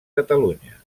catalunya